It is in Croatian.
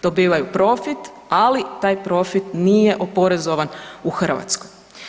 Dobivaju profit, ali taj profit nije oporezovan u Hrvatskoj.